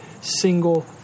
single